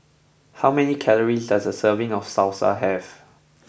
how many calories does a serving of Salsa have